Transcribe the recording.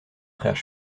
frères